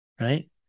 Right